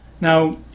Now